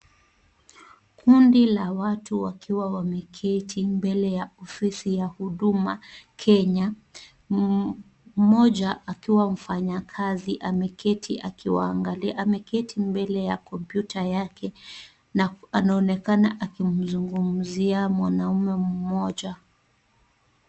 Kundi la watu wakiwa wameketi mbele ya ofisi ya Huduma Kenya, mmoja akiwa mfanyakazi ameketi akiwaangalia. Ameketi mbele ya komputa yake na anaonekana akimzungumzia mwanaume mmoja.